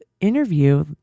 interview